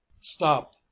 Stop